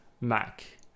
Mac